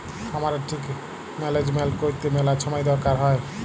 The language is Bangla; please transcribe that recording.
খামারের ঠিক ম্যালেজমেল্ট ক্যইরতে ম্যালা ছময় দরকার হ্যয়